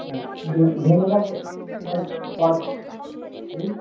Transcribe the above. হ্যাঁ ধন্যবাদ sir call call হুম